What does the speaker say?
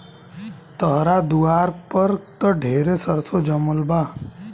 तहरा दुआर पर त ढेरे सरसो जामल बा